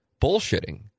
bullshitting